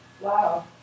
Wow